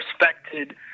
respected